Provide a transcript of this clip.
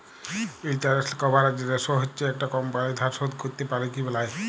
interest coverage ratio হচ্যে একট company ধার শোধ ক্যরতে প্যারে কি লায়